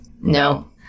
No